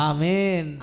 Amen